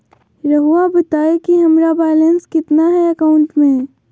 रहुआ बताएं कि हमारा बैलेंस कितना है अकाउंट में?